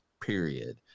period